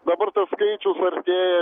dabar tas skaičius artėja